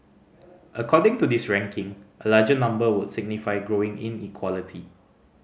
according to this ranking a larger number would signify growing inequality